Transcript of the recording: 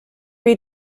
read